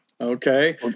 Okay